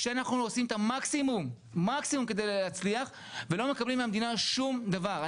כשאנחנו עושים את המקסימום כדי להצליח ולא מקבלים מהמדינה שום דבר.